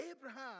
Abraham